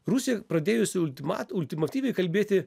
rusijai pradėjus jau ultima ultimatyviai kalbėti